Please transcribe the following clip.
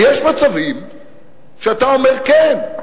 ויש מצבים שאתה אומר: כן.